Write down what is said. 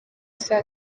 saa